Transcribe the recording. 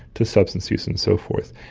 to substance use and so forth.